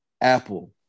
Apple